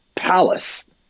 Palace